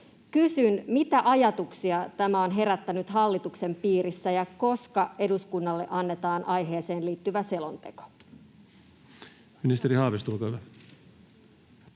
Kysyn: mitä ajatuksia tämä on herättänyt hallituksen piirissä, ja koska eduskunnalle annetaan aiheeseen liittyvä selonteko? Ministeri Haavisto, olkaa hyvä.